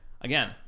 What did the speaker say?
again